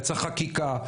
יצאה חקיקה,